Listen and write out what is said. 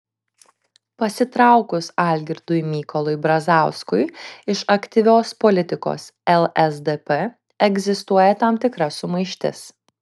pasitraukus algirdui mykolui brazauskui iš aktyvios politikos lsdp egzistuoja tam tikra sumaištis